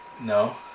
No